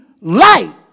light